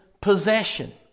possession